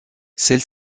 celle